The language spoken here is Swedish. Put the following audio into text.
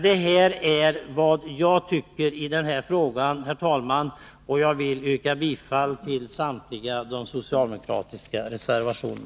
Detta är vad jag tycker i denna fråga, och jag vill, herr talman, yrka bifall till samtliga socialdemokratiska reservationer.